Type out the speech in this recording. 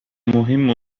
مهم